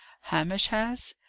hamish has!